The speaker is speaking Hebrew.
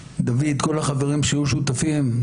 דוד, דדי, כל החברים שהיו שותפים,